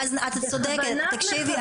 את צודקת,